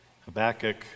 Habakkuk